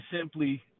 simply